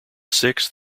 sixth